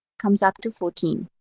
comes up to fourteen.